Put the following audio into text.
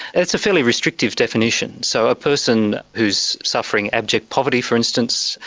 it's a fairly restrictive definition. so a person who is suffering abject poverty, for instance,